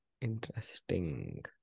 Interesting